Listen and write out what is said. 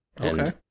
Okay